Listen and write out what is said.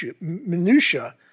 minutiae